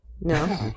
no